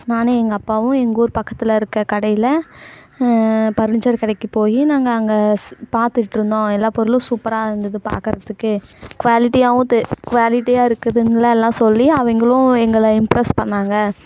நானும் எங்கள் அப்பாவும் எங்கள் ஊர் பக்கத்தில் இருக்கிற கடையில் பர்னீச்சர் கடைக்கு போய் நாங்கள் அங்கே பார்த்துட்ருந்தோம் எல்லாம் பொருளும் சூப்பராக இருந்துது பார்க்கறதுக்கு குவாலிட்டியாகவும் தெ குவாலிட்டியாக இருக்குதுங்களா எல்லாம் சொல்லி அவங்களும் எங்களை இம்ப்ரெஸ் பண்ணிணாங்க